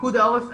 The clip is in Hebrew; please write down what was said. פיקוד העורף,